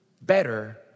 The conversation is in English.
better